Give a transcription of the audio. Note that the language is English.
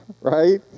Right